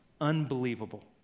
Unbelievable